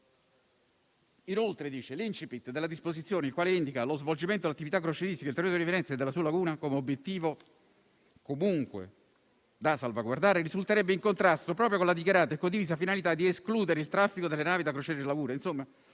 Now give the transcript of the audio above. Inoltre, dice che l'*incipit* della disposizione, il quale indica che lo svolgimento dell'attività crocieristica nel territorio di Venezia e della sua laguna come obiettivo comunque da salvaguardare, risulterebbe in contrasto proprio con la dichiarata e condivisa finalità di escludere il traffico delle navi da crociere in laguna.